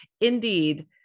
Indeed